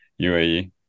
UAE